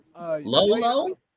Lolo